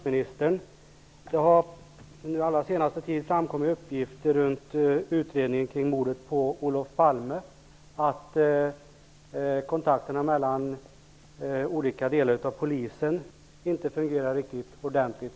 Herr talman! Jag vill ställa en fråga till statsministern. Det har under den allra senaste tiden framkommit uppgifter runt utredningen av mordet på Olof Palme att kontakterna mellan olika delar av Polisen inte fungerade riktigt ordentligt.